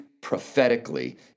prophetically